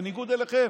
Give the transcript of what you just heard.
בניגוד אליכם.